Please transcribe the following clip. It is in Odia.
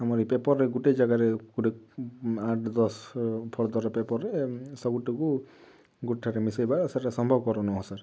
ଆମର ଏଇ ପେପର୍ ଗୁଟେ ଜାଗାରେ ଗୁଟେ ଆଠ୍ ଦଶ ଫର୍ଦ୍ଧ ର ପେପର୍ରେ ସବୁଟାକୁ ଗୁଟେ ଠାରେ ମିଶାଇବା ସେଇଟା ସମ୍ଭବ ପର ନୁହେଁ ସାର୍